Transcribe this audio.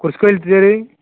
குருஸ்க்கோயில் தெரு